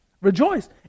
rejoice